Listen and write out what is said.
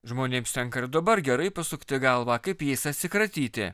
žmonėms tenka ir dabar gerai pasukti galvą kaip jais atsikratyti